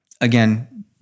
again